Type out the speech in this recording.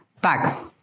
back